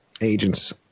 agents